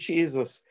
Jesus